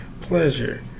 pleasure